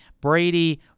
Brady